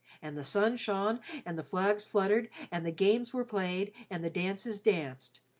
and the sun shone and the flags fluttered and the games were played and the dances danced,